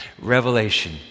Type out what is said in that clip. Revelation